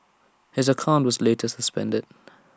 his account was later suspended